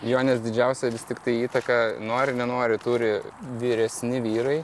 jo nes didžiausią vis tiktai įtaką nori nenori turi vyresni vyrai